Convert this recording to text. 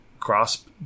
Grasp